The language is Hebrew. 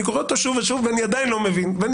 אני קורא אותו שוב ושוב ואני עדיין לא מבין אבל אני